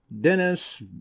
Dennis